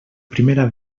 primera